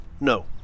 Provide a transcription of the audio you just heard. No